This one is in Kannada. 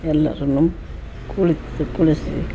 ಎಲ್ಲರು ಕುಳಿತು ಕುಳಿಸಿ